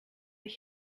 ich